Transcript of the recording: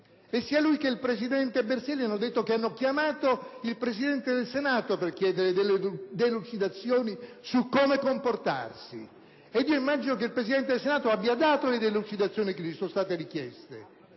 e sia lui che il presidente Berselli hanno riferito di aver chiamato il Presidente del Senato per chiedere delucidazioni su come comportarsi. Io immagino che il Presidente del Senato abbia dato le delucidazioni che gli sono state richieste